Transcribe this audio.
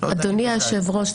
אדוני היושב-ראש,